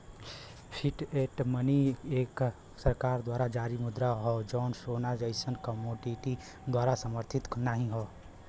fiat money एक सरकार द्वारा जारी मुद्रा हौ जौन सोना जइसन कमोडिटी द्वारा समर्थित नाहीं हौ